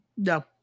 No